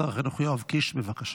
שר החינוך יואב קיש, בבקשה.